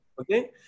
okay